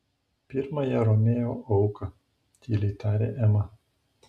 pirmąją romeo auką tyliai tarė ema